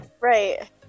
Right